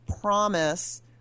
promise